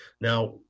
Now